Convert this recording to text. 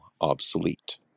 obsolete